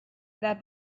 that